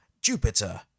Jupiter